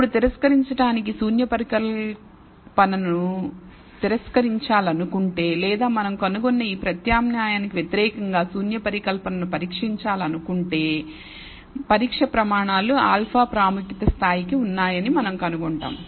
ఇప్పుడు తిరస్కరించడానికి శూన్య పరికల్పనను తిరస్కరించాలనుకుంటే లేదా మనం కనుగొన్న ఈ ప్రత్యామ్నాయానికి వ్యతిరేకంగా శూన్య పరికల్పనను పరీక్షించాలనుకుంటే పరీక్ష ప్రమాణాలు α ప్రాముఖ్యత స్థాయికి ఉన్నాయని మనం కనుగొంటాము